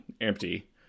empty